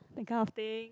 that kind of thing